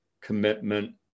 commitment